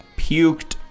puked